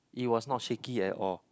it was not shaky at all